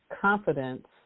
confidence